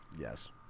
Yes